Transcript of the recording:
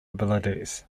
abilities